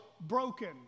broken